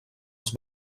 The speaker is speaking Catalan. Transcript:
els